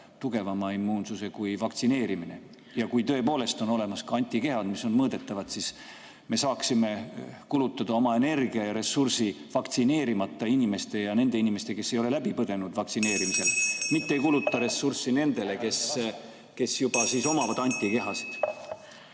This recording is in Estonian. tugevama immuunsuse kui vaktsineerimine. Kui tõepoolest on olemas antikehad, mis on mõõdetavad, siis me saaksime kulutada oma energia ja ressursi vaktsineerimata inimeste ja nende inimeste, kes ei ole läbi põdenud, vaktsineerimisele (Juhataja helistab kella.), mitte kulutades ressurssi nendele, kes juba omavad antikehasid.